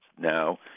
now